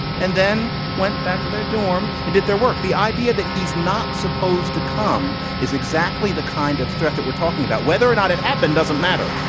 and then went back to their dorm, and did their work. the idea that he's not supposed to come is exactly the kind of threat we're talking about. whether or not it happened doesn't matter.